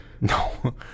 No